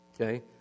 Okay